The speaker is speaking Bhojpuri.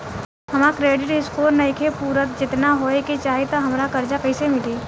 हमार क्रेडिट स्कोर नईखे पूरत जेतना होए के चाही त हमरा कर्जा कैसे मिली?